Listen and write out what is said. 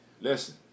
Listen